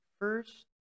first